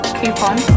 Coupon